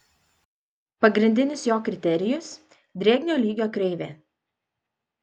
pagrindinis jo kriterijus drėgnio lygio kreivė